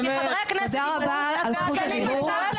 אם חברי הכנסת ישמעו --- דיברנו על חוק